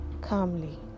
calmly